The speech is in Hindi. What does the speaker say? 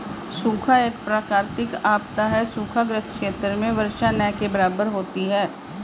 सूखा एक प्राकृतिक आपदा है सूखा ग्रसित क्षेत्र में वर्षा न के बराबर होती है